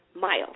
Miles